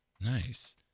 Nice